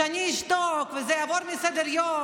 שאני אשתוק וזה ירד מסדר-היום,